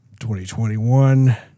2021